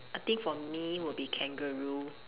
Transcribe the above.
I think for me would be kangaroo